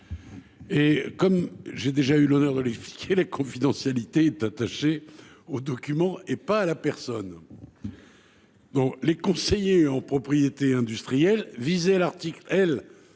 Comme j’ai déjà eu l’honneur de l’expliquer, la confidentialité est attachée au document et non à la personne. Ainsi, les conseillers en propriété industrielle visés à l’article L.